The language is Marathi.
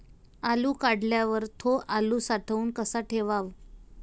आलू काढल्यावर थो आलू साठवून कसा ठेवाव?